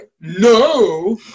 No